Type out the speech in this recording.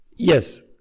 Yes